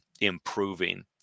improving